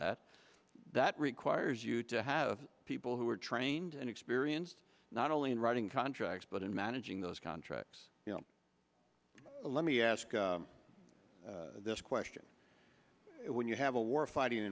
at that requires you to have people who are trained and experienced not only in writing contracts but in managing those contracts you know let me ask this question when you have a war fighting